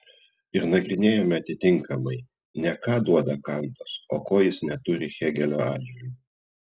ir nagrinėjame atitinkamai ne ką duoda kantas o ko jis neturi hėgelio atžvilgiu